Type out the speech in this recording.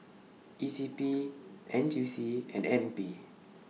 E C P N T U C and N P